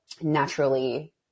naturally